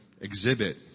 exhibit